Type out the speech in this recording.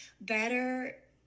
better